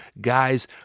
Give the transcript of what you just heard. Guys